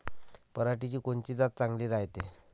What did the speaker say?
पऱ्हाटीची कोनची जात चांगली रायते?